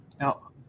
Now